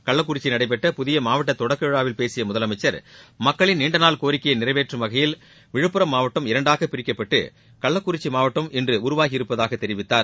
கள்ளக்குறிச்சியில் நடைபெற்ற புதிய மாவட்ட தொடக்க விழாவில் பேசிய முதலமைச்சர் மக்களின் நீண்டநாள் கோரிக்கையை நிறைவேற்றும் வகையில் விழுப்புரம் மாவட்டம் இரண்டாக பிரிக்கப்பட்டு கள்ளக்குறிச்சி மாவட்டம் இன்று உருவாகி இருப்பதாக தெரிவித்தார்